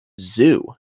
zoo